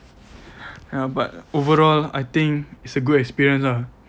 ya but overall I think it's a good experience lah